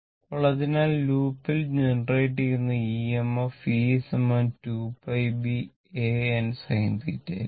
ഇപ്പോൾ അതിനാൽ ലൂപ്പിൽ ജനറേറ്റ് ചെയ്യുന്ന EMF e 2 π B A n sin θ ആയിരിക്കും